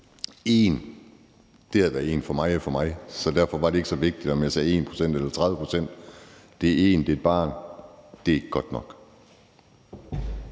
have været én for meget for mig, så derfor var det ikke så vigtigt, om jeg sagde 1 pct. eller 30 pct. Den ene person er et barn. Det er ikke godt nok.